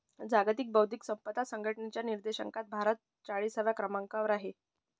जागतिक बौद्धिक संपदा संघटनेच्या निर्देशांकात भारत चाळीसव्या क्रमांकावर आहे